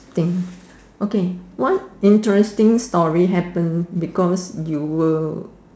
thing okay what interesting story happened because you were